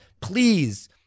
Please